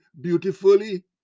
beautifully